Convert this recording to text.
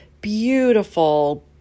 beautiful